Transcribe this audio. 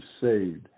saved